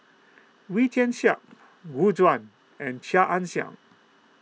Wee Tian Siak Gu Juan and Chia Ann Siang